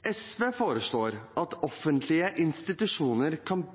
SV foreslår at offentlige institusjoner kan